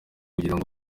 kugirango